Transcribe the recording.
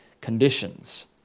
conditions